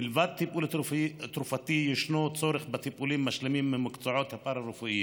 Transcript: מלבד טיפול תרופתי ישנו צורך בטיפולים משלימים מהמקצועות הפארה-רפואיים.